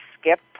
skip